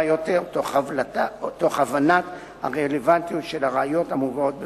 יותר תוך הבנת הרלוונטיות של הראיות המובאות בפניו.